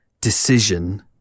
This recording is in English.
decision